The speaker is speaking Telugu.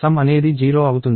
సమ్ అనేది 0 అవుతుంది